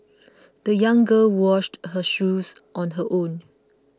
the young girl washed her shoes on her own